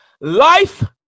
life